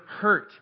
hurt